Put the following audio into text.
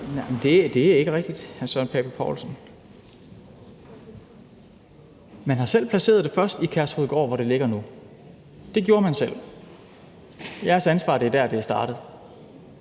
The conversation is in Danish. Det er ikke rigtigt, hr. Søren Pape Poulsen. Man har selv til at starte med placeret det i Kærshovedgård, hvor det ligger nu. Det gjorde man selv. Det er jeres ansvar, at det er dér, det er startet.